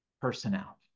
personnel